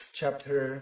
chapter